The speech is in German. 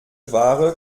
ware